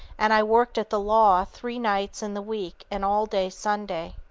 and i worked at the law three nights in the week and all day sunday.